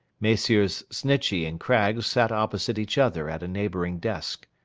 messrs. snitchey and craggs sat opposite each other at a neighbouring desk.